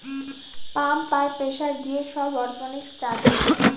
pump আর pressure দিয়ে সব অরপনিক্স চাষ হয়